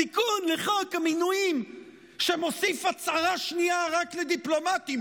תיקון לחוק המינויים שמוסיף הצהרה שנייה רק לדיפלומטים,